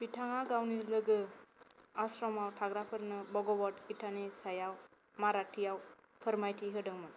बिथाङा गावनि लोगो आश्रमाव थाफाग्राफोरनो भगवद गीतानि सायाव माराठीयाव फोरमायथि होदोंमोन